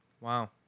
Wow